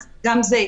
אז גם זה.